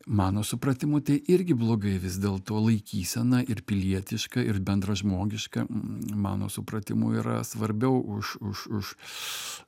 mano supratimu tai irgi blogai vis dėlto laikysena ir pilietiška ir bendražmogiška mano supratimu yra svarbiau už už už